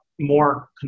more